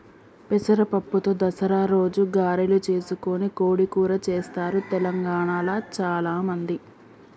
పెసర పప్పుతో దసరా రోజు గారెలు చేసుకొని కోడి కూర చెస్తారు తెలంగాణాల చాల మంది